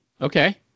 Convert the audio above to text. Okay